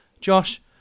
Josh